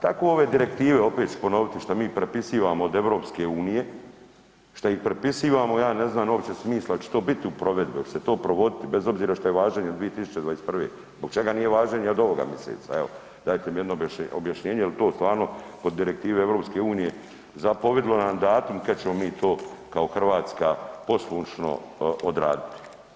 Tako ove direktive, opet ću ponoviti, što mi prepisivamo od EU, šta ih prepisivamo, ja ne znam uopće smisla oće to bit u provedbi, oće se to provoditi bez obzira što je važenje do 2021., zbog čega nije važenje od ovoga miseca, evo dajte mi jedno objašnjenje, jel to stvarno od direktive EU zapovidilo nam datum kad ćemo mi to kao Hrvatska poslušno odraditi?